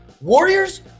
Warriors